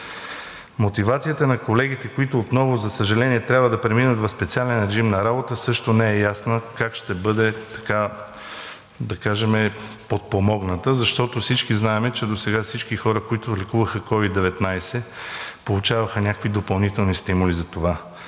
Мотивацията на колегите, които отново, за съжаление, трябва да преминат в специален режим на работа, също не е ясно как ще бъде, да кажем, подпомогната, защото всички знаем, че досега всички хора, които лекуваха COVID-19, получаваха някакви допълнителни стимули за това.